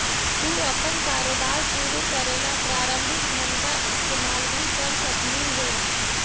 तू अपन कारोबार शुरू करे ला प्रारंभिक धन का इस्तेमाल भी कर सकलू हे